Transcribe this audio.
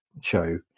show